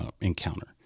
encounter